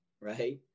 right